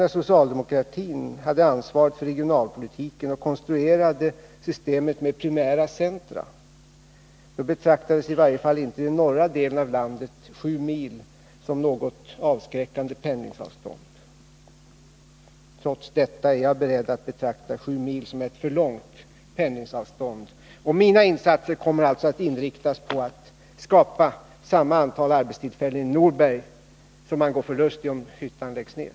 När socialdemokratin hade ansvaret för regionalpolitiken och konstruerade systemet med primära centra betraktades inte, i varje fall inte i den norra delen av landet, sju mil som något avskräckande pendlingsavstånd. Trots detta är jag beredd att betrakta sju mil som ett för långt pendlingsavstånd, och mina insatser kommer alltså att inriktas på att skapa samma antal arbetstillfällen i Norberg som man går förlustig om hyttan läggs ned.